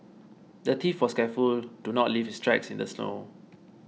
the thief was careful to not leave his tracks in the snow